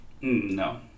No